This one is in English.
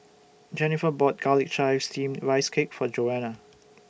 Jenifer bought Garlic Chives Steamed Rice Cake For Joana